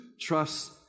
trust